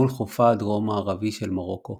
מול חופה הדרום-מערבי של מרוקו